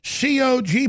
COG